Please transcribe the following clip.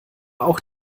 auch